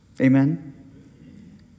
Amen